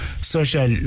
social